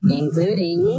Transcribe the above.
including